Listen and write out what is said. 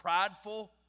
prideful